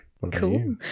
Cool